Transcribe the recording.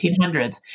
1800s